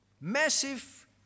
massive